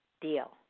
deal